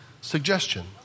suggestion